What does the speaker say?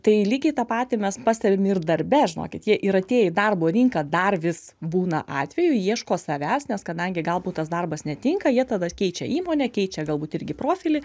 tai lygiai tą patį mes pastebim ir darbe žinokit jie ir atėję į darbo rinką dar vis būna atvejų ieško savęs nes kadangi galbūt tas darbas netinka jie tada keičia įmonę keičia galbūt irgi profilį